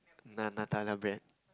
na Nutella bread